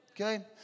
Okay